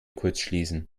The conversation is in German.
kurzschließen